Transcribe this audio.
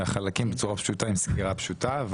החלקים בצורה פשוטה עם סגירה פשוטה,